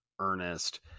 Ernest